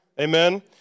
Amen